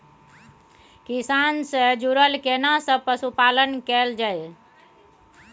किसान से जुरल केना सब पशुपालन कैल जाय?